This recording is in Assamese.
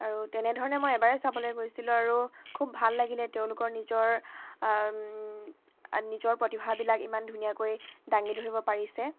আৰু তেনেধৰণে মই এবাৰেই চাবলৈ গৈছিলোঁ আৰু খুব ভাল লাগিলে তেওঁলোকৰ নিজৰ নিজৰ প্ৰতিভাবিলাক ইমান ধুনীয়াকৈ দাঙি ধৰিব পাৰিছে